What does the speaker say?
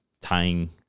tying